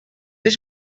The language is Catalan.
ells